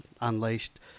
unleashed